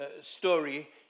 story